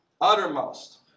uttermost